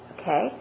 Okay